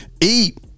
Eat